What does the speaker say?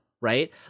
right